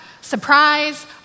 surprise